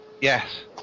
Yes